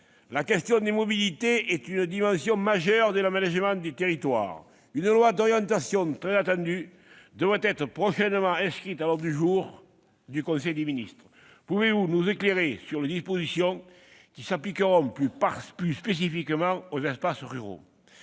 la question des mobilités est une dimension majeure de l'aménagement du territoire. Un projet de loi d'orientation, très attendu, devrait être prochainement inscrit à l'ordre du jour du conseil des ministres. Pouvez-vous nous éclairer quant aux dispositions qui s'appliqueront plus spécifiquement aux espaces ruraux ?